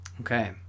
Okay